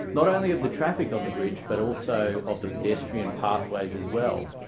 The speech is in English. not only of the traffic on the bridge but also of the pedestrian pathways as well.